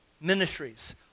ministries